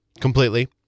completely